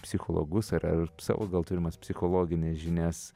psichologus ar ar savo gal turimas psichologines žinias